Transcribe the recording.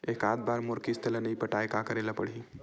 एकात बार मोर किस्त ला नई पटाय का करे ला पड़ही?